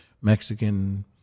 Mexican